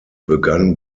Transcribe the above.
begann